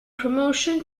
promotion